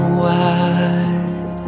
wide